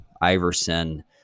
Iverson